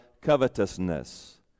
covetousness